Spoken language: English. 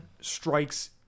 strikes